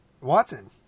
Watson